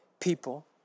people